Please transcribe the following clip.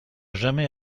jamais